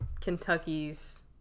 Kentucky's